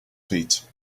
feet